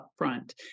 upfront